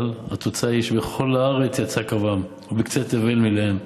אבל התוצאה היא ש"בכל הארץ יצא קַוָּם ובקצה תבל מִלֵיהֶם".